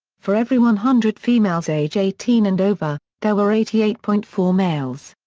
for every one hundred females age eighteen and over, there were eighty eight point four males.